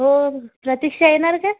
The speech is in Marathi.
हो प्रतीक्षा येणार काय